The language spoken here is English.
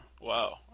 Wow